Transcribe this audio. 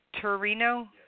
Torino